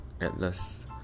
atlas